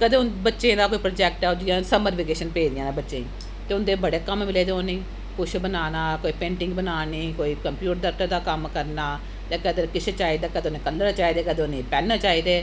कदें बच्चे दा कोई प्रोजैक्ट ऐ हून जि'यां समर बकेशन पेदियां न बच्चें गी ते उं'दे बड़े कम्म मिले दे उ'नें गी कुछ बनाना कोई पेंटिंग बनानी कोई कम्प्यूटर दा कम्म करना ते कदें किश चाहिदा कदें उ'नें गी कलर चाहिदे कदें उ'नें गी पैन्न चाहिदे